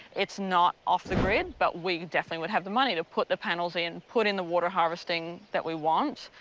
it's not off the grid, but we definitely would have the money to put the panels in, put in the water harvesting that we want,